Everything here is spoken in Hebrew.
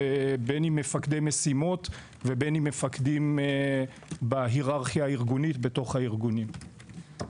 בין אם מפקדי משימות ובין אם מפקדים בהיררכיה הארגונית בתוך הארגונים.